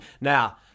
Now